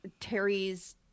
terry's